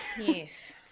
Yes